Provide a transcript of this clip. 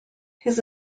his